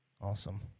Awesome